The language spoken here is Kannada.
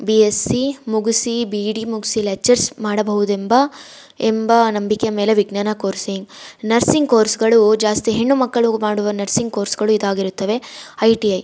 ಬಿ ಎಸ್ಸಿ ಮುಗಿಸಿ ಬಿಡಿ ಮುಗಿಸಿ ಲೆಕ್ಚರ್ಸ್ ಮಾಡಬಹುದೆಂಬ ಎಂಬ ನಂಬಿಕೆ ಮೇಲೆ ವಿಜ್ಞಾನ ಕೋರ್ಸಿಂಗ್ ನರ್ಸಿಂಗ್ ಕೋರ್ಸ್ಗಳು ಜಾಸ್ತಿ ಹೆಣ್ಣುಮಕ್ಕಳು ಮಾಡುವ ನರ್ಸಿಂಗ್ ಕೋರ್ಸ್ಗಳು ಇದಾಗಿರುತ್ತದೆ ಐ ಟಿ ಐ